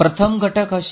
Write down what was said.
પ્રથમ ઘટક હશે